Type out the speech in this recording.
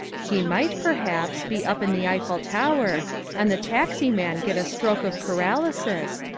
he might, perhaps, be up in the eiffel tower and the taxi man get a stroke of paralysis,